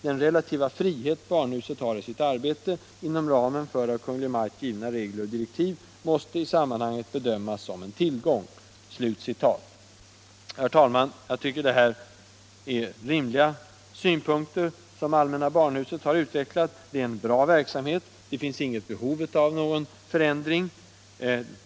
Den relativa frihet barnhuset har i sitt arbete — inom ramen för av Kungl. Maj:t givna regler och direktiv — måste i sammanhanget bedömas som en tillgång.” Jag tycker att det är rimliga synpunkter som allmänna barnhuset här har utvecklat. Det är en bra verksamhet. Det finns inget behov av någon förändring.